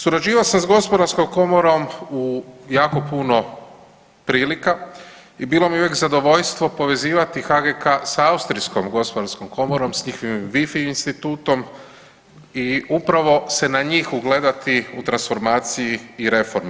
Surađivao sam s gospodarskom komorom u jako puno prilika i bilo mi je uvijek zadovoljstvo povezivati HGK sa Austrijskom gospodarskom komorom s njihovim WIFI institutom i upravo se na njih ugledati u transformaciji i reformi.